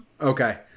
Okay